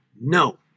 No